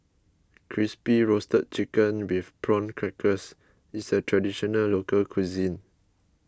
Crispy Roasted Chicken with Prawn Crackers is a Traditional Local Cuisine